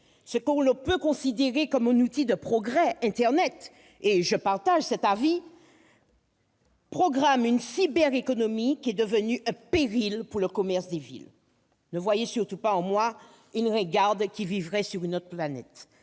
Ce que l'on peut considérer comme un outil de progrès, internet,- et je partage cet avis -programme une cyberéconomie, qui est devenue un péril pour le commerce des villes. Ne voyez surtout pas en moi une ringarde qui vivrait sur une autre planète